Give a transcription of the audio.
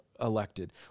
elected